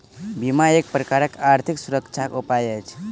बीमा एक प्रकारक आर्थिक सुरक्षाक उपाय अछि